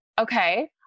Okay